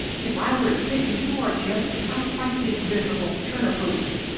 if i were as big as you are, jim, i'd fight these miserable turnip-roots!